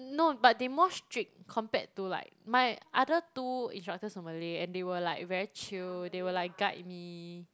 no but they more strict compared to like my other two instructors were Malay and they were like very chill they will like guide me